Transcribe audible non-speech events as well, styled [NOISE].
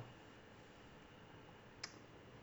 [NOISE]